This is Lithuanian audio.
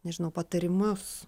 nežinau patarimus